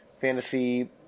fantasy